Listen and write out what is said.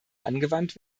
angewandt